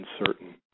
uncertain